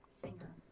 singer